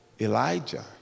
Elijah